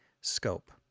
scope